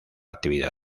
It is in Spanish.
actividad